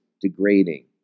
degrading